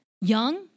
Young